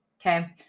Okay